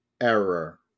error